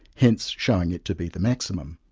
hence showing it to be the maximum.